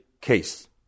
case